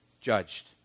Judged